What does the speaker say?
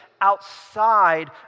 outside